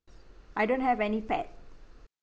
I don't have any pet